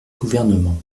gouvernement